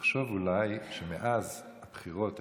תחשוב אולי שמאז הבחירות האישיות,